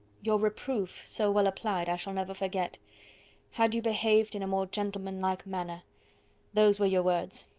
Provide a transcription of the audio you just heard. your reproof, so well applied, i shall never forget had you behaved in a more gentlemanlike manner those were your words.